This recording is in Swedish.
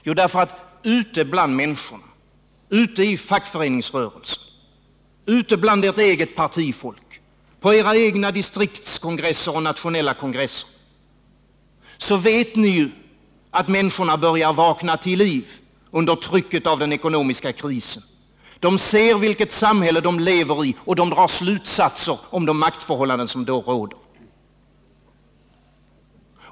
Jo, därför att ute bland människorna — ute i fackföreningsrörelsen, bland ert eget partifolk, på era egna distriktskongresser och nationella kongresser — börjar man vakna till liv under trycket av den ekonomiska krisen. Människorna ser vilket samhälle de lever i, och de drar slutsatser om de maktförhållanden som råder.